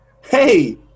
hey